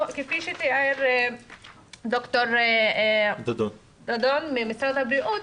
כפי שתיאר ד"ר דאדון ממשרד הבריאות,